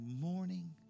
morning